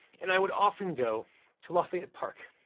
and i would often go to lafayette park,